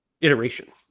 iteration